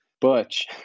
Butch